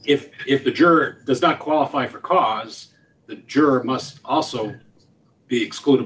if if the jerk does not qualify for cars the jury must also be excluded